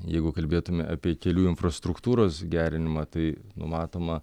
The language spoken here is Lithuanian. jeigu kalbėtumėme apie kelių infrastruktūros gerinimą tai numatoma